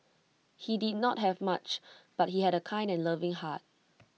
he did not have much but he had A kind and loving heart